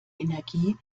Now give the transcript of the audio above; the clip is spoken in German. energie